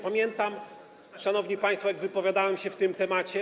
Pamiętam, szanowni państwo, jak wypowiadałem się ma ten temat.